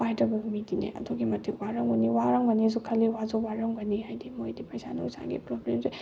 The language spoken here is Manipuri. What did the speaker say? ꯄꯥꯏꯗꯕ ꯃꯤꯗꯤꯅꯦ ꯑꯗꯨꯛꯀꯤ ꯃꯇꯤꯛ ꯋꯥꯔꯝꯒꯅꯤ ꯋꯥꯔꯝꯒꯅꯦꯁꯨ ꯈꯜꯂꯦ ꯋꯥꯁꯨ ꯋꯥꯔꯝꯒꯅꯤ ꯍꯥꯏꯗꯤ ꯃꯣꯏꯗꯤ ꯄꯩꯁꯥ ꯅꯨꯡꯁꯥꯒꯤ ꯄ꯭ꯔꯣꯕ꯭ꯂꯦꯝꯁꯦ